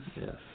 Yes